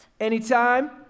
Anytime